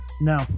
No